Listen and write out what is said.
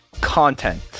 content